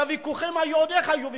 אבל הוויכוחים, ועוד איך היו ויכוחים.